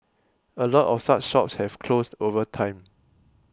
a lot of such shops have closed over time